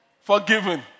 forgiven